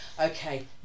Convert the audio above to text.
Okay